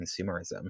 consumerism